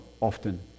often